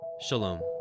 Shalom